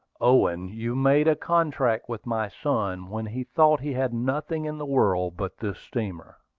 owen, you made a contract with my son when he thought he had nothing in the world but this steamer.